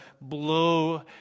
blow